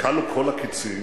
כשכלו כל הקצים,